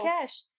cash